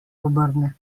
obrne